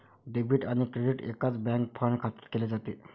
debit आणि credit एकाच bank fund खात्यात केले जाते